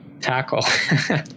Tackle